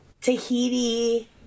Tahiti